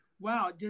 Wow